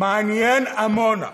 מעניין עמונה.